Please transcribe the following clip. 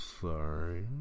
Sorry